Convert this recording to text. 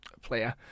player